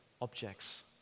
objects